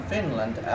Finland